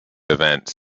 events